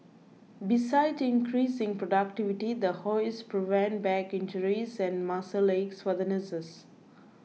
besides increasing productivity the hoists prevent back injuries and muscle aches for the nurses